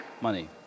money